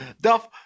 Duff